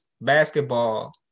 basketball